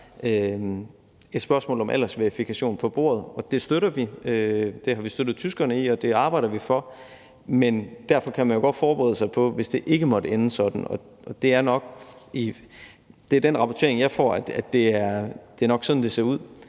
et spørgsmål om aldersverifikation på bordet, og det støtter vi. Det har vi støttet tyskerne i, og det arbejder vi for, men derfor kan man jo godt forbedrede sig på, at det ikke ender sådan, og ifølge den rapportering, jeg får, er det nok sådan, det ser ud,